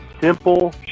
simple